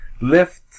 lift